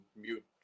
mute